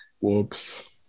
Whoops